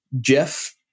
Jeff